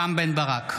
רם בן ברק,